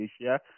Asia